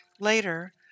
Later